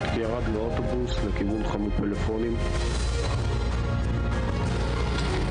הנגיעה הזאת פתחה תיבת פנדורה של אדם שפוגע במשך שנים